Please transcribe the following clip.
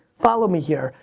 follow me here.